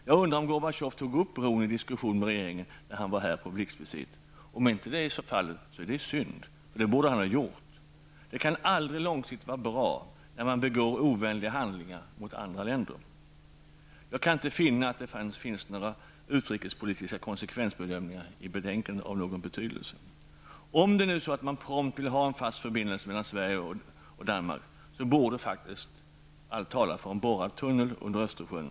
Jag undrar om Gorbatjov tog upp bron i diskussionen med regeringen när han var här på blixtvisit. Det är synd om så inte var fallet. Det borde han ha gjort. Det kan aldrig långsiktigt vara bra när man begår ovänliga handlingar mot andra länder. Jag kan inte finna att det finns några utrikespolitiska konsekvensbedömningar i betänkandet av någon betydelse. Om det nu är så att man prompt vill ha en fast förbindelse mellan Sverige och Danmark borde allt tala för en borrad tunnel under Öresund.